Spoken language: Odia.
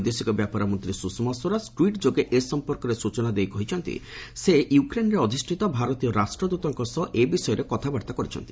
ବୈଦେଶିକ ବ୍ୟାପାର ମନ୍ତ୍ରୀ ସୁଷମା ସ୍ୱରାଜ ଟ୍ସିଟ୍ ଯୋଗେ ଏ ସମ୍ପର୍କରେ ସୂଚନା ଦେଇ କହିଛନ୍ତି ସେ ୟୁକ୍ରେନ୍ରେ ଅଧିଷ୍ଠିତ ଭାରତୀୟ ରାଷ୍ଟ୍ରଦୃତଙ୍କ ସହ ଏହି ବିଷୟରେ କଥାବାର୍ତ୍ତା କରିଛନ୍ତି